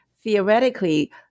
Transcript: theoretically